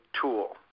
tool